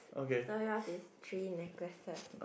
so yours is three necklaces